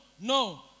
no